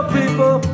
people